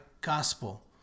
gospel